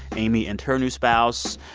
amy and her new spouse.